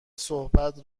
صحبت